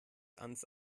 ans